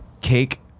cake